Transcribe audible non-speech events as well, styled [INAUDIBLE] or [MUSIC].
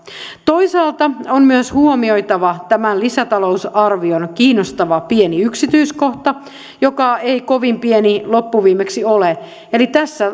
toisaalta on myös huomioitava tämän lisätalousarvion kiinnostava pieni yksityiskohta joka ei kovin pieni loppuviimein ole eli tässä [UNINTELLIGIBLE]